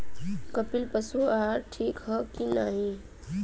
कपिला पशु आहार ठीक ह कि नाही?